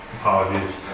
apologies